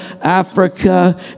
Africa